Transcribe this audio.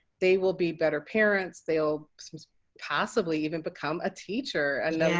they will be better parents. they will possibly even become a teacher.